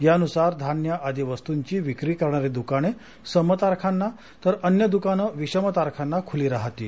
यानुसार धान्य आदी वस्तूंची विक्री करणारी दुकाने सम तारखांना तर अन्य दुकाने विषम तारखांना खुली राहतील